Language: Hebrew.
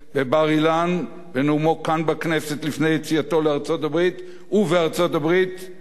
בנאומו כאן בכנסת לפני יציאתו לארצות-הברית ובארצות-הברית אומר אחרת.